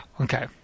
okay